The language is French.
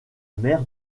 mer